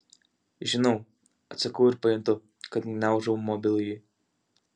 žinau atsakau ir pajuntu kad gniaužau mobilųjį